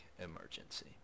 emergency